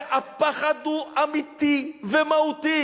הפחד הוא אמיתי ומהותי.